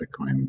Bitcoin